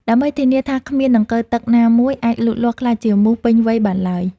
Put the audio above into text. ដើម្បីធានាថាគ្មានដង្កូវទឹកណាមួយអាចលូតលាស់ក្លាយជាមូសពេញវ័យបានឡើយ។